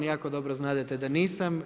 Jako dobro znadete da nisam.